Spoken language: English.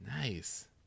Nice